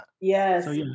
Yes